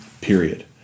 period